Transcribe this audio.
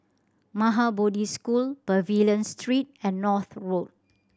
Maha Bodhi School Pavilion Street and North Road